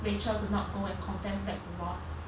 rachel to not go and confess back to ross